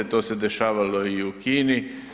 To se dešavalo i u Kini.